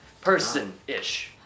person-ish